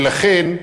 ולכן,